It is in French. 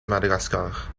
madagascar